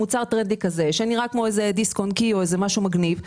מוצר טרנדי שנראה כמו דיסק און קי או משהו מגניב,